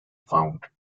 found